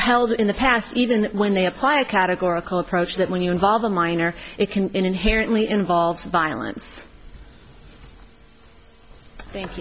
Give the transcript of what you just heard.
held in the past even when they apply a categorical approach that when you involve a minor it can inherently involves violence thank